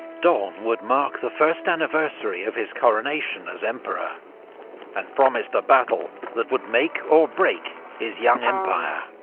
dawn would mark the first anniversary of his coronation as emperor and promised a battle that would make or break his young empire.